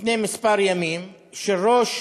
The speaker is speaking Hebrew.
לפני כמה ימים, של ראש